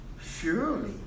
Surely